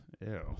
Ew